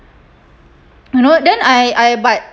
you know then I I but